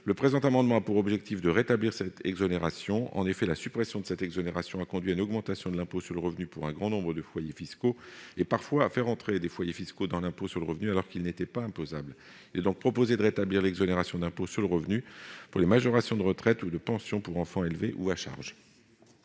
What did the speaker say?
Le présent amendement a pour objet de rétablir l'exonération. En effet, sa suppression a conduit à une augmentation de l'impôt sur le revenu pour un grand nombre de foyers fiscaux et à en faire entrer certains dans l'impôt sur le revenu alors qu'ils n'étaient pas imposables. Il est donc proposé de rétablir l'exonération d'impôt sur le revenu pour les majorations de retraite ou de pension pour enfant élevé ou à charge.